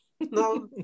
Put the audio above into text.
No